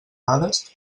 dades